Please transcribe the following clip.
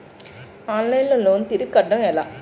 Online లో loan తిరిగి కట్టడం ఎలా?